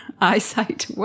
eyesight